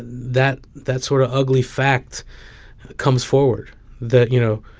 that that sort of ugly fact comes forward that, you know,